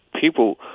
people